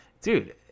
dude